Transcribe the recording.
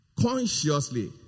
consciously